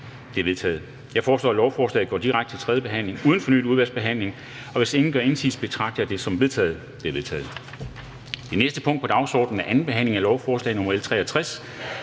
De er vedtaget. Jeg foreslår, at lovforslaget går direkte til tredje behandling uden fornyet udvalgsbehandling. Og hvis ingen gør indsigelse, betragter jeg det som vedtaget. Det er vedtaget. --- Det næste punkt på dagsordenen er: 22) 2. behandling af lovforslag nr. L 63: